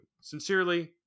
Sincerely